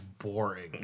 boring